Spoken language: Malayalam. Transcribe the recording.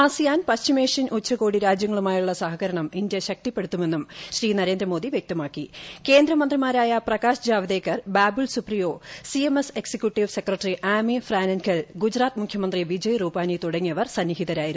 ആസിയാൻ പശ്ചിമേഷ്യൻ ഉച്ചകോടി രാജ്യങ്ങളുമായുള്ള സഹകരണം ഇന്ത്യ ശക്തിപ്പെടുത്തുമെന്നും കേന്ദ്രമന്ത്രിമാരായ Prakash Javadekar Babul Supriyo C M S executive secretary Amy Fraenkel Gujarat മുഖ്യമന്ത്രി വിജയ് റൂപാനി തുടങ്ങിയവർ സന്നിഹിതരായിരുന്നു